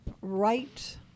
right